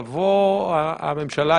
תבוא הממשלה,